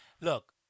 Look